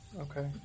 Okay